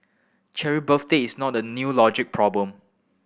Cheryl birthday is not a new logic problem